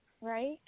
right